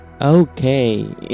Okay